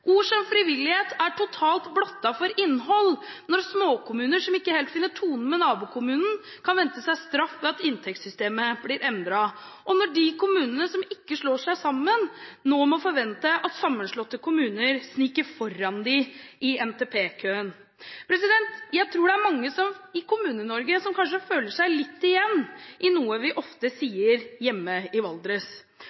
Ord som «frivillighet» er totalt blottet for innhold når småkommuner som ikke helt finner tonen med nabokommunen, kan vente seg straff ved at inntektssystemet blir endret, og når de kommunene som ikke slår seg sammen, nå må forvente at sammenslåtte kommuner sniker foran dem i NTP-køen. Jeg tror det er mange i Kommune-Norge som kanskje kjenner seg litt igjen i noe vi ofte